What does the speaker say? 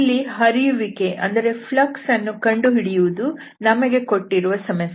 ಇಲ್ಲಿ ಹರಿಯುವಿಕೆ ಯನ್ನು ಕಂಡುಹಿಡಿಯುವುದು ನಮಗೆ ಕೊಟ್ಟಿರುವ ಸಮಸ್ಯೆ